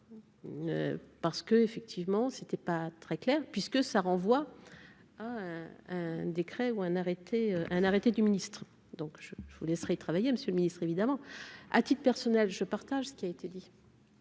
Parce que, effectivement, ce n'était pas très clair puisque ça renvoie à un décret ou un arrêté un arrêté du ministre donc je je vous laisserai il travaillait Monsieur le Ministre, évidemment, à titre personnel, je partage ce qui a été dit.